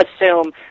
assume